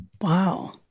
wow